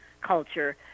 culture